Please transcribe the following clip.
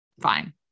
fine